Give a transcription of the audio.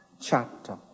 chapter